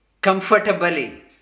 comfortably